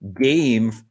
game